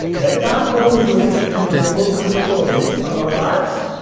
that not only was it gonna be the remote control of our lives,